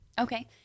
Okay